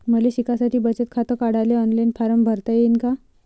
मले शिकासाठी बचत खात काढाले ऑनलाईन फारम भरता येईन का?